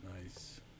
Nice